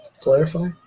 Clarify